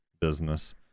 business